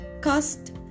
Cost